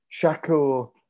Shakur